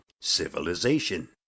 civilization